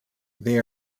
they